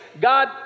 God